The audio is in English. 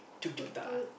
tuk-tuk